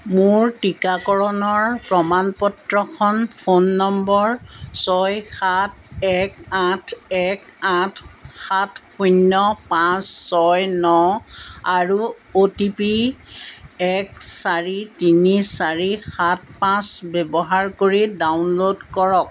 মোৰ টিকাকৰণৰ প্ৰমাণ পত্ৰখন ফোন নম্বৰ ছয় সাত এক আঠ এক আঠ সাত শূন্য পাঁচ ছয় ন আৰু অ' টি পি এক চাৰি তিনি চাৰি সাত পাঁচ ব্যৱহাৰ কৰি ডাউনল'ড কৰক